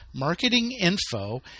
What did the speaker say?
marketinginfo